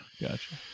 gotcha